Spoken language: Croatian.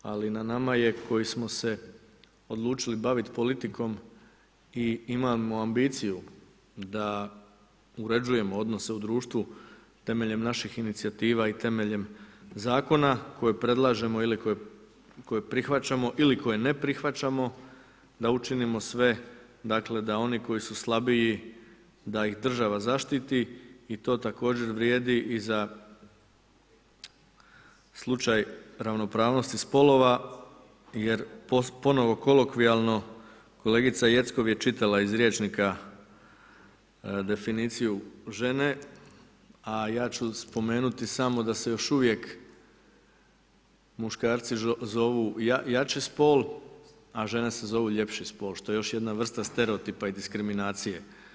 Ali na nama je koji smo se odlučili bavit politikom i imamo ambiciju da uređujemo odnose u društvu temeljem naših inicijativa i temeljem zakona koje predlažemo ili koje prihvaćamo ili koje ne prihvaćamo, da učinimo sve da oni koji su slabiji da ih država zaštiti i to također vrijedi i za slučaj ravnopravnosti spolova jer ponovo kolokvijalno kolegica Jeckov je čitala iz rječnika definiciju žene, a ja ću spomenuti samo da se još uvijek muškarci zovu jači spol, a žene se zovu ljepši spol što je još jedna vrsta stereotipa i diskriminacije.